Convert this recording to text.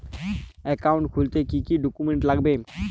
Account খুলতে কি কি ডকুমেন্ট লাগবে?